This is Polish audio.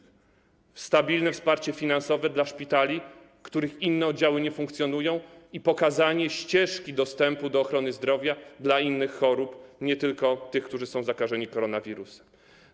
Chodzi też o stabilne wsparcie finansowe dla szpitali, których inne oddziały nie funkcjonują, i pokazanie ścieżki dostępu do ochrony zdrowia dla innych chorych, nie tylko dla tych, którzy są zakażeni koronawirusem.